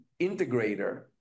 integrator